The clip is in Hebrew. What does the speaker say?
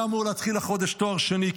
היה אמור להתחיל החודש תואר שני,